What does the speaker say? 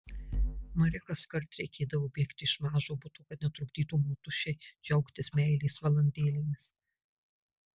mari kaskart reikėdavo bėgti iš mažo buto kad netrukdytų motušei džiaugtis meilės valandėlėmis